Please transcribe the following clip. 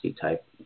type